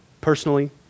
Personally